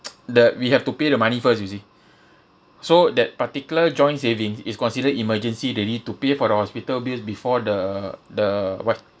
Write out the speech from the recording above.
the we have to pay the money first you see so that particular joint savings is considered emergency that you need to pay for the hospital bills before the the what